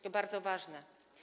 To bardzo ważne.